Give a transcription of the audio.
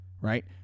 right